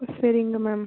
சரிங்க மேம்